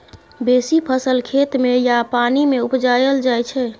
बेसी फसल खेत मे या पानि मे उपजाएल जाइ छै